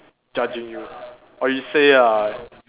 judging you or you say lah